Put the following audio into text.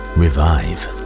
revive